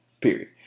period